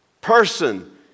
person